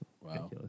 Wow